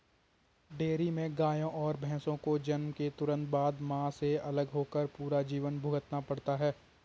dairy में गायों और भैंसों को जन्म के तुरंत बाद, मां से अलग होकर पूरा जीवन भुगतना पड़ता है